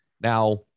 Now